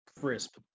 crisp